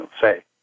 say